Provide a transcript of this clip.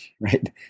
right